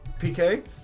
PK